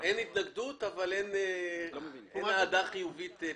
אין התנגדות, אבל אין גם אהדה חיובית.